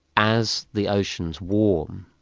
as the oceans warm,